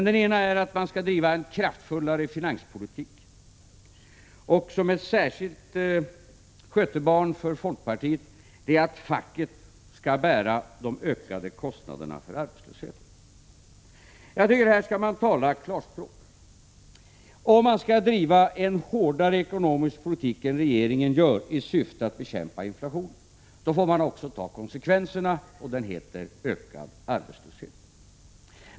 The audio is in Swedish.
Den ena är att vi borde bedriva en kraftfullare finanspolitik, och ett särskilt skötebarn för folkpartiet är att facket skall bära de ökade kostnaderna för arbetslösheten. Jag tycker att man här skall tala klarspråk. Om man skall driva en hårdare ekonomisk politik än regeringen gör i syfte att bekämpa inflationen får man också ta konsekvensen, och den heter ökad arbetslöshet.